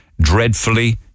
dreadfully